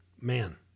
man